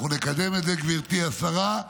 אנחנו נקדם את זה, גברתי השרה,